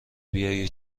بیایی